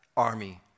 army